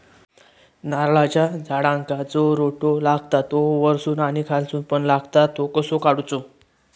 नारळाच्या झाडांका जो रोटो लागता तो वर्सून आणि खालसून पण लागता तो कसो काडूचो?